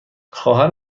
خواهر